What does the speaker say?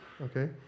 okay